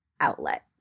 outlet